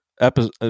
episode